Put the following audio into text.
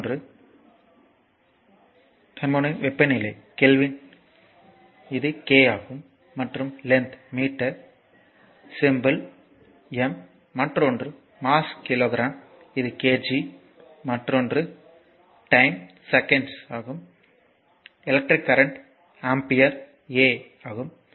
மற்றொன்று தெர்மோடையனாமிக் வெப்பநிலை கெல்வின் இது K ஆகும் மற்றும் லென்த் மீட்டர் சிம்பல் என m மற்றொன்று மாஸ் கிலோகிராம் இது kg ஆகும் மற்றொன்று டைம் க்கு செகண்ட்ஸ் ஆகும் எலக்ட்ரிக் கரண்ட்யை A எனப்படும்